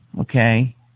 Okay